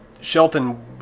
shelton